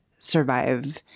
survive